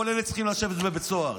כל אלה צריכים לשבת בבית סוהר.